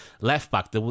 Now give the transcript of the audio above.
left-back